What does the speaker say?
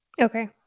Okay